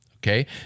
Okay